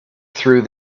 through